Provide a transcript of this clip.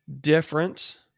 different